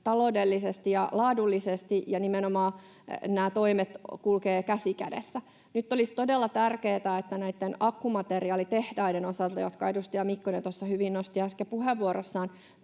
taloudellisesti ja laadullisesti ja nimenomaan nämä toimet kulkevat käsi kädessä. Nyt olisi todella tärkeätä, että näitten akkumateriaalitehtaiden osalta, jotka edustaja Mikkonen tuossa hyvin nosti äsken puheenvuorossaan,